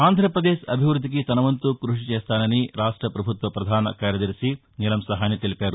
ఆంధ్రాప్రదేశ్ అభివృద్దికి తన వంతు కృషి చేస్తానని రాష్ట్ర ప్రభుత్వ ప్రధాన కార్యదర్శి నీలం సహాని తెలిపారు